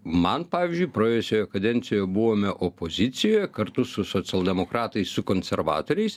man pavyzdžiui praėjusioje kadencijoje buvome opozicijoje kartu su socialdemokratai su konservatoriais